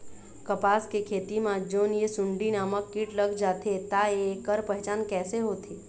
कपास के खेती मा जोन ये सुंडी नामक कीट लग जाथे ता ऐकर पहचान कैसे होथे?